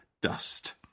dust